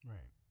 Right